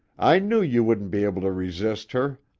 i knew you wouldn't be able to resist her!